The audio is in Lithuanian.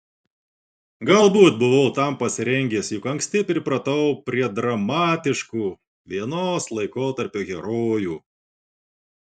galbūt buvau tam pasirengęs juk anksti pripratau prie dramatiškų vienos laikotarpio herojų